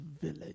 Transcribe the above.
village